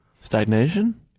Stagnation